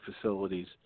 facilities